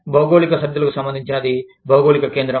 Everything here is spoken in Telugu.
భౌగోళిక సరిహద్దులకు సంబంధించినది భౌగోళిక కేంద్రం